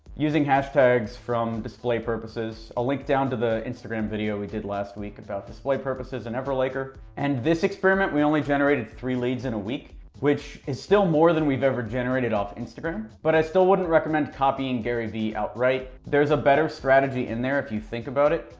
using hashtags from display purposes, a link down to the instagram video we did last week about display purposes and everlinker. and this experiment, we only generated three leads in a week, which is still more than we've ever generated off instagram, but i still wouldn't recommend copying garyvee outright. there's a better strategy in there if you think about it,